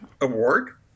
award